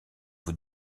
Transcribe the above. vous